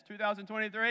2023